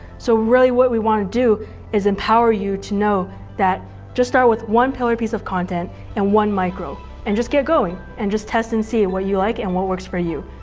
so really what we want to do is empower you to know that just start with one pillar piece of content and one micro and just get going and just test and see what you like and what works for you.